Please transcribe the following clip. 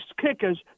kickers